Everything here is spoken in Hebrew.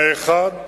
האחד,